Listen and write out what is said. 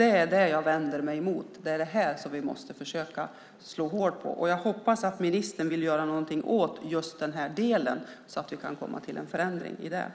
Det är det jag vänder mig mot, och det är det vi måste försöka slå hål på. Jag hoppas att ministern vill göra någonting åt just detta så att vi får en förändring till stånd.